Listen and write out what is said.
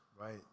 Right